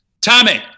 tommy